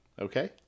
Okay